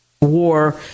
war